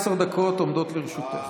עשר דקות עומדות לרשותך.